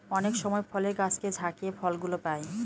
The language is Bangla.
অনেক সময় ফলের গাছকে ঝাকিয়ে ফল গুলো পাই